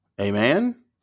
Amen